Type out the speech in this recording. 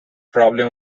problem